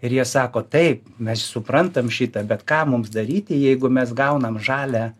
ir jie sako taip mes suprantam šitą bet ką mums daryti jeigu mes gaunam žalią